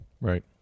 Right